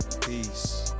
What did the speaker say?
Peace